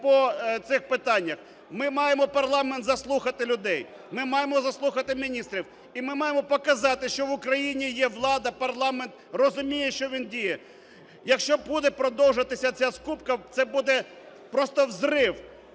Ми маємо, парламент, заслухати людей, ми маємо заслухати міністрів, і ми маємо показати, що в Україні є влада, парламент розуміє, що він діє. Якщо буде продовжуватися ця скупка, це буде просто взрыв: